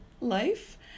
life